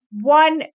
one